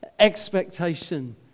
expectation